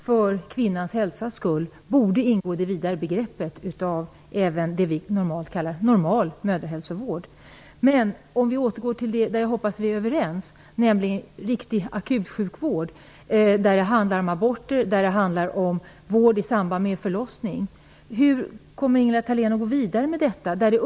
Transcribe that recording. Fru talman! Det är alldeles riktigt. Vi har olika uppfattning om den saken, Ingela Thalén. Jag anser att det för kvinnans hälsas skull borde ingå även det som vi vanligtvis kallar för normal mödrahälsovård i begreppet akut vård. Men jag vill återgå till frågan där jag hoppas att vi är överens, nämligen frågan om riktig akutsjukvård som kan bestå av aborter och vård i samband med förlossning. Hur kommer Ingela Thalén att gå vidare med den frågan?